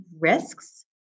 risks